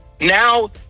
now